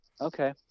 okay